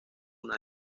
una